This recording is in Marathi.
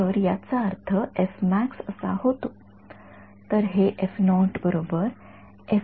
तर याचा अर्थ असा होतो